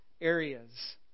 areas